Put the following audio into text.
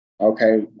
Okay